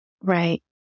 Right